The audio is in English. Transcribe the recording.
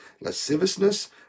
lasciviousness